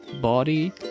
body